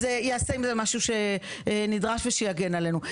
ייעשה עם זה משהו שנדרש ושיגן עלינו.